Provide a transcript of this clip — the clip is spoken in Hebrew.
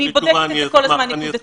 אני בודקת את זה כל הזמן נקודתית מולכם.